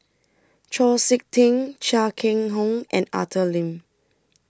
Chau Sik Ting Chia Keng Hock and Arthur Lim